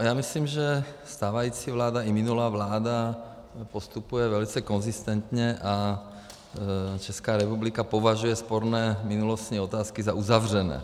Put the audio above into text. Já myslím, že stávající vláda i minulá vláda postupuje velice konzistentně a Česká republika považuje sporné minulostní otázky za uzavřené.